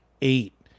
eight